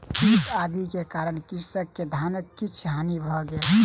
कीट आदि के कारण कृषक के धानक किछ हानि भ गेल